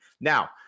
Now